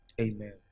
Amen